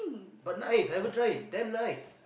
but nice have a try damn nice